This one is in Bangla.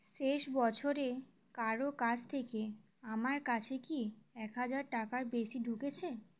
শেষ বছরে কারো কাছ থেকে আমার কাছে কি এক হাজার টাকার বেশি ঢুকেছে